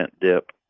dip